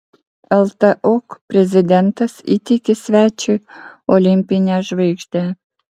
ltok prezidentas įteikė svečiui olimpinę žvaigždę